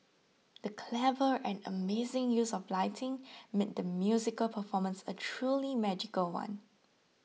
the clever and amazing use of lighting made the musical performance a truly magical one